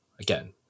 again